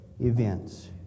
events